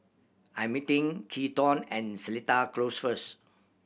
I'm meeting Keaton at Seletar Close first